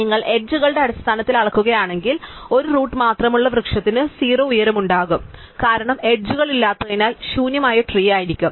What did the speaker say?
നിങ്ങൾ എഡ്ജുകളുടെ അടിസ്ഥാനത്തിൽ അളക്കുകയാണെങ്കിൽ ഒരു റൂട്ട് മാത്രമുള്ള വൃക്ഷത്തിന് 0 ഉയരം ഉണ്ടാകും കാരണം എഡ്ജുകളില്ലാത്തതിനാൽ ശൂന്യമായ ട്രീ അയിരിക്കും